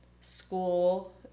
school